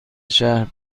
شهر